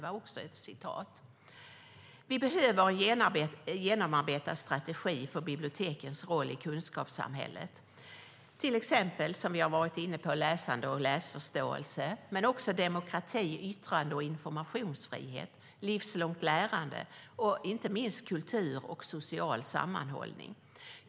Vi behöver en genomarbetad strategi för bibliotekens roll i kunskapssamhället. Till den rollen hör till exempel läsning och läsförståelse, som vi har varit inne på, men också demokrati, yttrande och informationsfrihet, livslångt lärande och inte minst kultur och social sammanhållning.